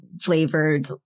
flavored